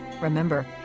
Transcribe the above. Remember